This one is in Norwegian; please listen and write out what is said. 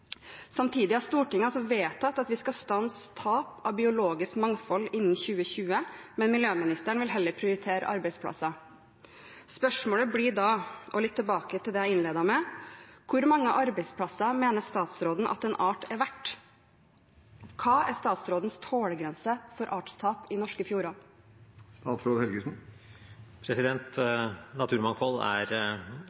Samtidig har Stortinget vedtatt at vi skal stanse tap av biologisk mangfold innen 2020, men miljøministeren vil heller prioritere arbeidsplasser. Spørsmålet blir da – og litt tilbake til det jeg innledet med: Hvor mange arbeidsplasser mener statsråden at en art er verdt? Hva er statsrådens tålegrense for artstap i norske fjorder?